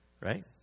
right